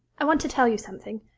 i want to tell you something.